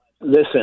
listen